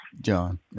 John